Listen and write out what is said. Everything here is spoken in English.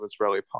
Israeli